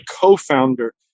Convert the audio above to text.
co-founder